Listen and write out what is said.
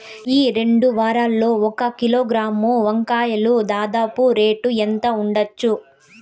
ఈ రెండు వారాల్లో ఒక కిలోగ్రాము వంకాయలు దాదాపు రేటు ఎంత ఉండచ్చు?